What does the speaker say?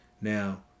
Now